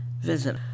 visit